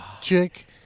chick